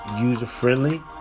user-friendly